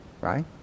Right